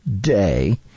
day